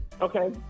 Okay